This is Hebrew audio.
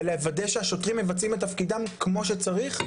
בלוודא שהשוטרים מבצעים את תפקידם כמו שצריך,